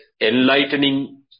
enlightening